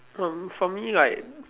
um for me like